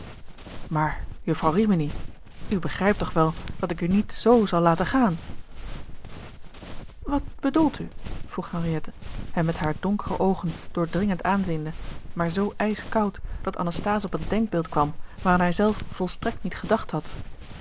rimini u begrijpt toch wel dat ik u niet z zal laten gaan wat bedoelt u vroeg henriette hem met hare donkere oogen doordringend aanziende maar zoo ijskoud dat anasthase op een denkbeeld kwam waaraan hij zelf volstrekt niet gedacht had